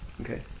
okay